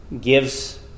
gives